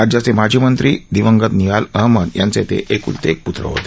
राज्याचे माजी मंत्री दिवंगत निहाल अहमद यांचे ते एक्लते एक प्त्र होते